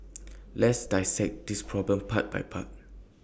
let's dissect this problem part by part